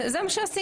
זה מה שעשינו.